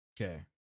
Okay